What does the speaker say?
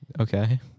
Okay